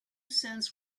cents